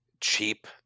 cheap